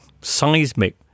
seismic